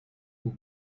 will